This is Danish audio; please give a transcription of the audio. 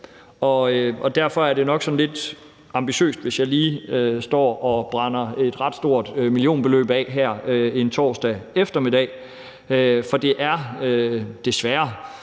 og derfor er det nok sådan lidt ambitiøst, hvis jeg lige står og brænder et ret stort millionbeløb af her en torsdag eftermiddag. For det er, desværre,